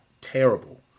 terrible